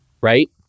right